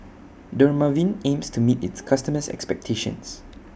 Dermaveen aims to meet its customers' expectations